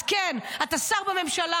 אז כן, אתה שר בממשלה.